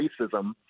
racism